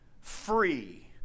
free